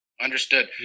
understood